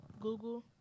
Google